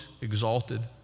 exalted